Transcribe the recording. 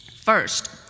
First